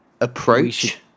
approach